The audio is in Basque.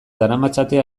daramatzate